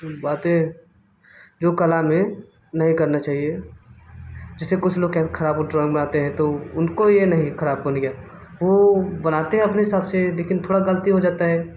बातें जो कला में नहीं करना चाहिए जैसे कुछ लोग क्या है ख़राब ड्राॅइंग बनाते हैं तो उनको ये नहीं ख़राब बन गया वो बनाते हैं अपने हिसाब से लेकिन थोड़ा ग़लती हो जाता है